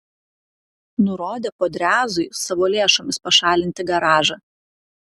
nurodė podrezui savo lėšomis pašalinti garažą